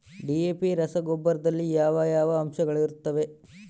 DAP ರಸಗೊಬ್ಬರದಲ್ಲಿ ಯಾವ ಯಾವ ಅಂಶಗಳಿರುತ್ತವರಿ?